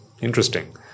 interesting